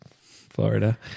Florida